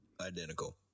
Identical